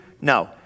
No